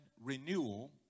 Renewal